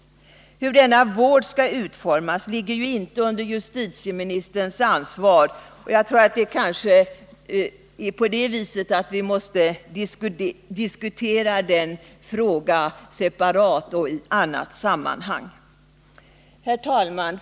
Utformningen av denna vård ligger inte under justitieministerns ansvar, och vi måste kanske diskutera den frågan separat och i annat sammanhang. Herr talman!